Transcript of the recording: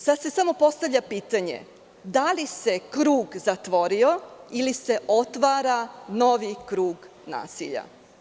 Sada se postavlja pitanje – da li se krug zatvorio ili se otvara novi krug nasilja?